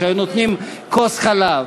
שהיו נותנים כוס חלב.